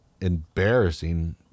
embarrassing